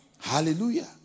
Hallelujah